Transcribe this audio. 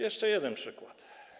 Jeszcze jeden przykład.